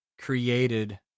created